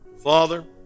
Father